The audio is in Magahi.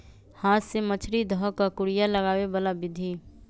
हाथ से मछरी ध कऽ कुरिया लगाबे बला विधि